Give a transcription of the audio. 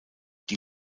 die